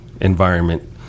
environment